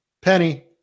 Penny